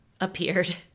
appeared